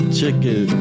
chicken